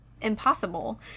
impossible